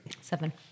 seven